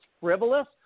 frivolous